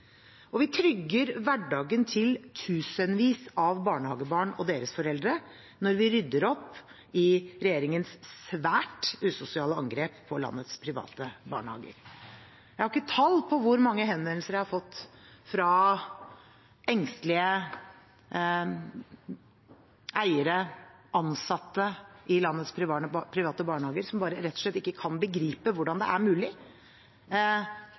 Vi trygger hverdagen til tusenvis av barnehagebarn og deres foreldre når vi rydder opp i regjeringens svært usosiale angrep på landets private barnehager. Jeg har ikke tall på hvor mange henvendelser jeg har fått fra engstelige eiere og ansatte i landets private barnehager som rett og slett ikke kan begripe hvordan dette er mulig